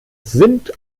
sind